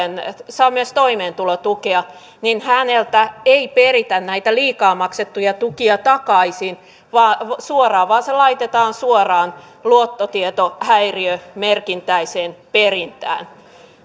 saa myös toimeentulotukea niin häneltä ei peritä näitä liikaa maksettuja tukia takaisin suoraan vaan se laitetaan suoraan luottotietohäiriömerkintäiseen perintään